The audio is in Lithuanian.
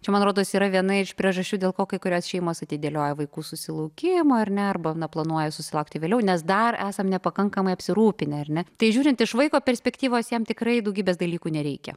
čia man rodos yra viena iš priežasčių dėl ko kai kurios šeimos atidėlioja vaikų susilaukimą ar ne arba na planuoja susilaukti vėliau nes dar esam nepakankamai apsirūpinę ar ne tai žiūrint iš vaiko perspektyvos jam tikrai daugybės dalykų nereikia